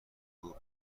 گفت